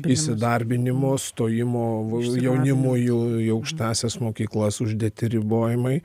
įsidarbinimo stojimo jaunimui į į aukštąsias mokyklas uždėti ribojimai